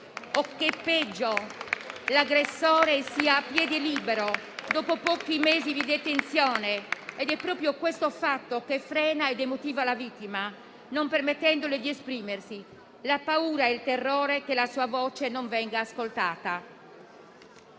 o peggio, che l'aggressore sia a piede libero dopo pochi mesi di detenzione. È proprio questo fatto che frena e demotiva la vittima, non permettendole di esprimersi: la paura e il terrore che la sua voce non venga ascoltata.